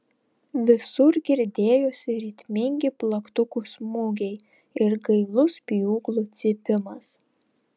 visur girdėjosi ritmingi plaktukų smūgiai ir gailus pjūklų cypimas